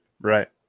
Right